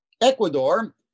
Ecuador